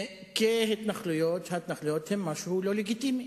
שההתנחלויות הן משהו לא לגיטימי.